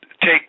take